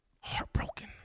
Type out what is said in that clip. Heartbroken